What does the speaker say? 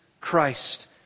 Christ